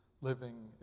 living